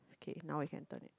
okay now we can turn it